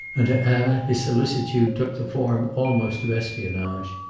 and to anna his solicitude took the form almost of espionage.